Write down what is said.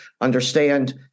understand